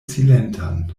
silentan